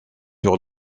sur